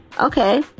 Okay